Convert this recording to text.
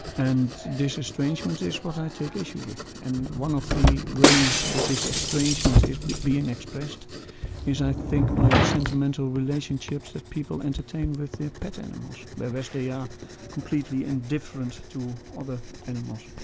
and this estrangement is what i take issue with. and one of the ways that this estrangement is being expressed is i think by the sentimental relationships that people entertain with their pet animals, whereas they are completely indifferent to other animals.